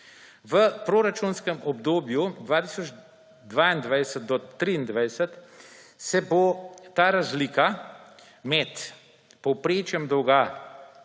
V proračunskem obdobju 2022 do 2023 se bo ta razlika med povprečjem dolga